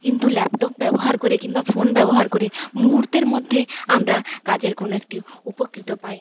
কিন্তু ল্যাপটপ ব্যবহার করে কিম্বা ফোন ব্যবহার করে মুহুর্তের মধ্যে আমরা কাজের কোনো একটি উপকৃত পাই